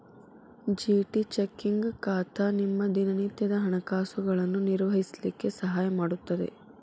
GT checking ಖಾತಾ ನಿಮ್ಮ ದಿನನಿತ್ಯದ ಹಣಕಾಸುಗಳನ್ನು ನಿರ್ವಹಿಸ್ಲಿಕ್ಕೆ ಸಹಾಯ ಮಾಡುತ್ತದೆ